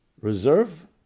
reserve